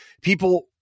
people